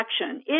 action